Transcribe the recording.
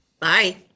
Bye